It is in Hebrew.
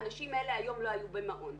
האנשים האלה היום לא היו במעון.